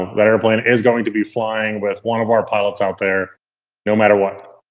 that airplane is going to be flying with one of our pilots out there no matter what.